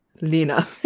Lena